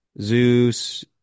Zeus